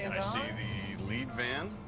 and i see the lead van.